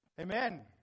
Amen